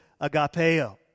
agapeo